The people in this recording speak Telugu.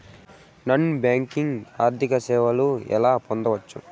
నాన్ బ్యాంకింగ్ ఆర్థిక సేవలు ఎలా పొందొచ్చు?